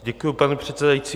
Děkuji, pane předsedající.